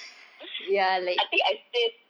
I think I stayed